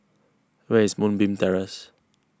where is Moonbeam Terrace